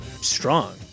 strong